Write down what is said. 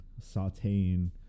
sauteing